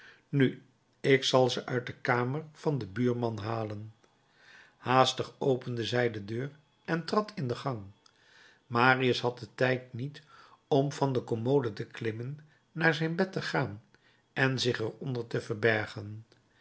nu ik zal ze uit de kamer van den buurman halen haastig opende zij de deur en trad in de gang marius had den tijd niet om van de commode te klimmen naar zijn bed te gaan en er zich onder te verbergen